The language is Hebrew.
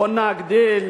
בואו נגדיל